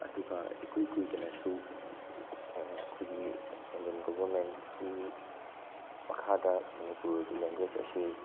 ꯑꯗꯨꯒ ꯏꯀꯨꯏ ꯀꯨꯏꯗꯅꯁꯨ ꯑꯩꯈꯣꯏꯒꯤ ꯏꯟꯗꯤꯌꯥꯟ ꯒꯣꯕꯔꯃꯦꯟꯀꯤ ꯃꯈꯥꯗ ꯃꯅꯤꯄꯨꯔꯒꯤ ꯂꯦꯡꯒ꯭ꯋꯦꯖ ꯑꯁꯤ